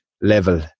level